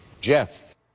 Jeff